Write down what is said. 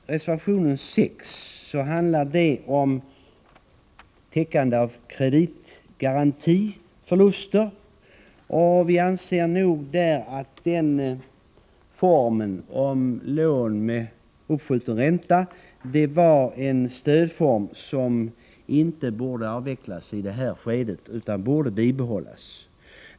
Reservation 6 handlar om täckande av kreditgarantiförluster. Vi anser att den formen för stöd — lån med uppskjuten ränta — inte bör avvecklas i det här skedet utan bör bibehållas.